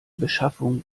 beschaffung